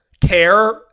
care